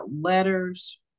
letters